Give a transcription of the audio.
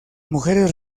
mujeres